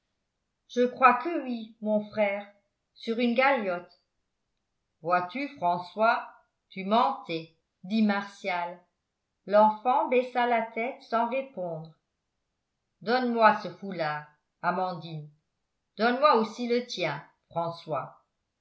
je crois que oui mon frère sur une galiote vois-tu françois tu mentais dit martial l'enfant baissa la tête sans répondre donne-moi ce foulard amandine donne-moi aussi le tien françois